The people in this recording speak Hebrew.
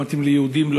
לא מתאים ליהודים,